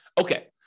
Okay